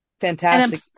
Fantastic